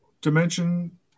dimension